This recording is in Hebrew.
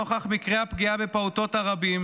נוכח מקרי הפגיעה בפעוטות הרבים